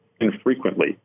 infrequently